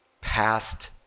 Past